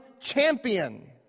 champion